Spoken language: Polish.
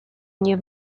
nie